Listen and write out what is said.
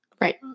Right